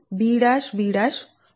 Dba